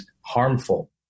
harmful